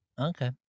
Okay